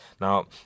Now